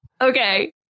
Okay